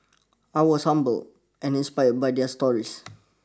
I was humbled and inspired by their stories